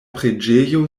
preĝejo